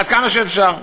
כמה שאפשר.